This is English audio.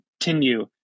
continue